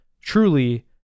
truly